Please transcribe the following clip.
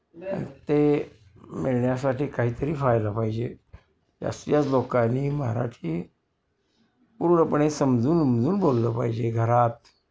तर ते मिळण्यासाठी काहीतरी व्हायला पाहिजे जास्तीत जास्त लोकांनी मराठी पूर्णपणे समजून उमजून बोललं पाहिजे घरात